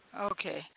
Okay